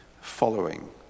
following